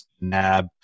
NAB